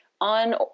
on